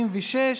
136)